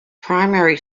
primary